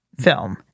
film